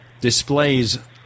displays